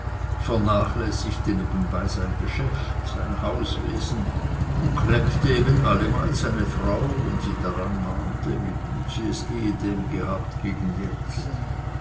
vernachlässigte nebenbei sein geschäft sein hauswesen und kläpfte eben allemal seine frau wenn sie daran mahnte wie gut sie es ehedem gehabt gegen jetzt